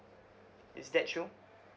is that true